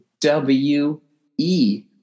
W-E